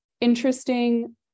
interesting